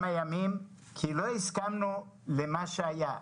כי לא הסכמנו למה שהיה.